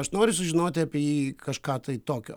aš noriu sužinoti apie jį kažką tokio